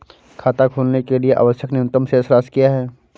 खाता खोलने के लिए आवश्यक न्यूनतम शेष राशि क्या है?